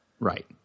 Right